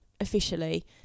officially